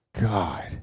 God